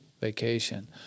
vacation